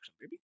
baby